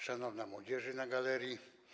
Szanowna młodzieży na galerii!